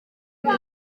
niba